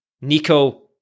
nico